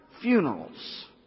Funerals